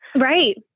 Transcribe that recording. right